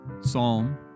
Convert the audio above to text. Psalm